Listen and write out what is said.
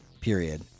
period